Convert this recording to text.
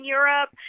Europe